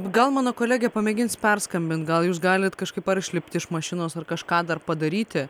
gal mano kolegė pamėgins perskambint gal jūs galit kažkaip ar išlipti iš mašinos ar kažką dar padaryti